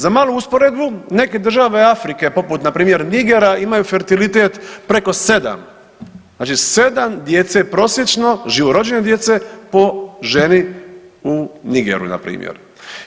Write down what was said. Za malu usporedbu neke države Afrike poput na primjer Nigera imaju fertilitet preko 7. Znači 7 djece prosječno, živorođene djece po ženi u Nigeru na primjer.